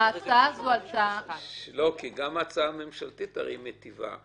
ההצעה הזאת עלתה --- הרי גם ההצעה הממשלתית מיטיבה.